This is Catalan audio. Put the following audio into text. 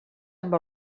amb